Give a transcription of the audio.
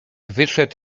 wyszedł